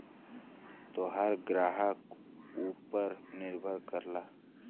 तोहार ग्राहक ऊपर निर्भर करला